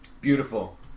Beautiful